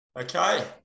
Okay